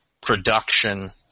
production